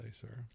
sir